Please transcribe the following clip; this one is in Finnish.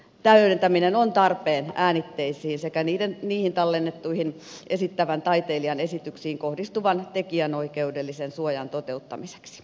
täydentäminen on tarpeen äänitteisiin sekä niihin tallennettuihin esittävän taiteilijan esityksiin kohdistuvan tekijänoikeudellisen suojan toteuttamiseksi